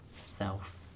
self